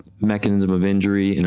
mechanism of injury, and